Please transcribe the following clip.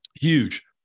Huge